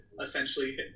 essentially